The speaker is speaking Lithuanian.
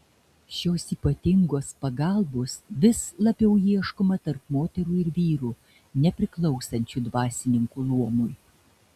šios ypatingos pagalbos vis labiau ieškoma tarp moterų ir vyrų nepriklausančių dvasininkų luomui